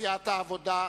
סיעת העבודה,